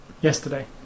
yesterday